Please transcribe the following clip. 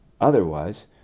Otherwise